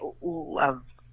love